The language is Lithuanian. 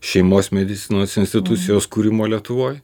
šeimos medicinos institucijos kūrimo lietuvoj